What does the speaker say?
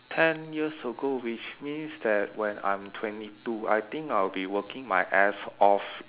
ten years ago which means that when I'm twenty two I think I'll be working my ass off